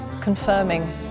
confirming